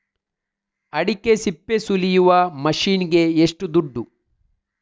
ಅಡಿಕೆ ಸಿಪ್ಪೆ ಸುಲಿಯುವ ಮಷೀನ್ ಗೆ ಏಷ್ಟು ದುಡ್ಡು?